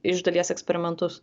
iš dalies eksperimentus